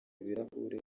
ibirahure